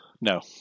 No